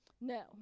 no